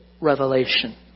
revelation